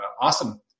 awesome